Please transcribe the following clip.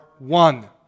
One